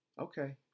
Okay